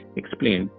explain